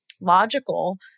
logical